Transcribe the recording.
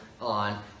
on